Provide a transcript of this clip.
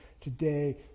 today